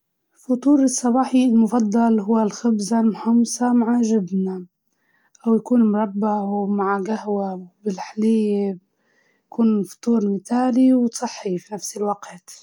فطوري المفضل ديما دحي مع خبزه، ولا حليب وشاهي، مع شوية اه لبن وخيار.